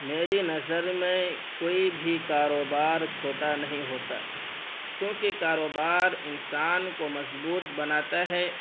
میری نظر میں کوئی بھی کاروبار چھوٹا نہیں ہوتا کیوں کہ کاروبار انسان کو مضبوط بناتا ہے